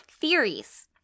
Theories